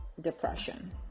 depression